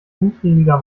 umtriebiger